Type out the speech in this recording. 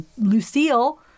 Lucille